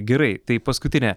gerai tai paskutinė